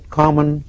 common